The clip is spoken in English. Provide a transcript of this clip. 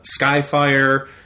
skyfire